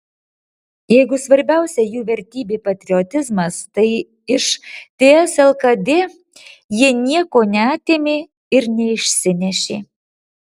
jeigu svarbiausia jų vertybė patriotizmas tai iš ts lkd jie nieko neatėmė ir neišsinešė